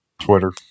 Twitter